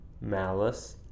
malice